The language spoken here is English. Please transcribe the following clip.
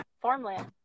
farmland